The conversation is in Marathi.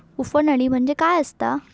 उफणणी म्हणजे काय असतां?